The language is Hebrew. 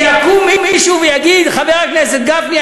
שיקום מישהו ויגיד: חבר הכנסת גפני,